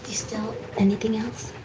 you steal anything else?